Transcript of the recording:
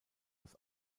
das